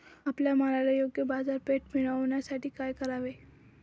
आपल्या मालाला योग्य बाजारपेठ मिळण्यासाठी काय करावे?